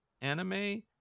anime